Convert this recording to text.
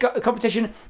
competition